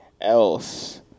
else